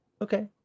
okay